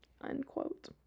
Unquote